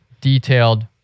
detailed